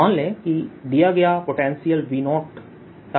मान लें कि दिया गया पोटेंशियल V0 तक है